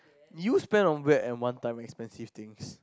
you spend on weird and one time expensive things